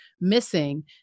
missing